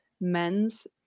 men's